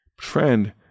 Friend